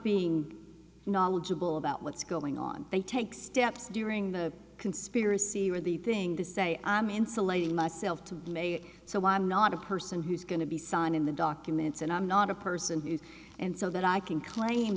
being knowledgeable about what's going on they take steps during the conspiracy or the thing to say i'm insulating myself to be made so i'm not a person who's going to be signed in the documents and i'm not a person who's and so that i can claim